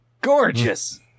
gorgeous